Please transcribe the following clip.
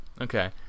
okay